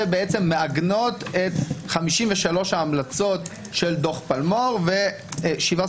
שמעגנות את 53 ההמלצות של דוח פלמור ושבעה